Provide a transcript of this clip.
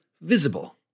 Visible